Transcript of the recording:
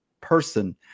person